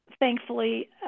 thankfully